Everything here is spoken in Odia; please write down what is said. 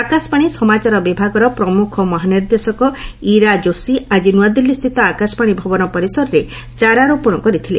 ଆକାଶବାଣୀ ସମାଚାର ବିଭାଗର ପ୍ରମୁଖ ମହାନିର୍ଦ୍ଦେଶକ ଇରା ଯୋଷୀ ଆଜି ନ୍ତଆଦିଲ୍ଲୀସ୍ଥିତ ଆକାଶବାଣୀ ଭବନ ପରିସରରେ ଚାରା ରୋପଶ କରିଥିଲେ